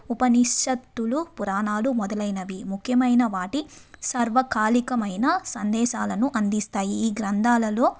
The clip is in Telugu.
ఉపనిషత్తులు పురాణాలు మొదలైనవి ముఖ్యమైన వాటి సర్వకాలీకమైన సందేశాలను అందిస్తాయి ఈ గ్రంథాలలో